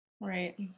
Right